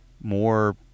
more